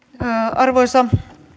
arvoisa